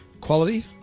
quality